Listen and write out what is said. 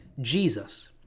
Jesus